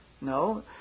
No